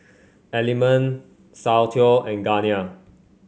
Element Soundteoh and Garnier